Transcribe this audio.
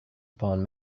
upon